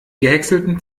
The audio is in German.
gehäckselten